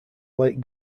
late